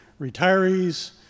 retirees